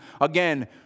Again